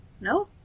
No